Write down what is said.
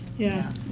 yeah,